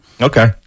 Okay